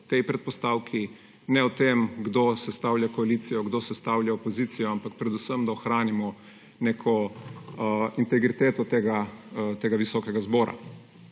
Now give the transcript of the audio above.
tej predpostavki, ne o tem, kdo sestavlja koalicijo, kdo sestavlja opozicijo, ampak predvsem da ohranimo neko integriteto tega visokega zbora.